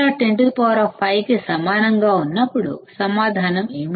CMRR 105 కి సమానంగా ఉన్నప్పుడు సమాధానం ఏమిటి